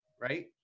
Right